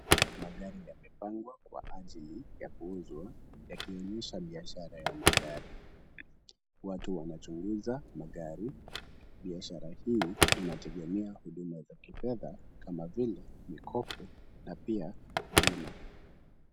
Magari yamepangwa kwa ajili ya kuuzwa yakionyesha biashara ya magari. Watu wanachunguza magari. Biashara hizi inategemea huduma za kifedha kama vile mikopo na pia bima.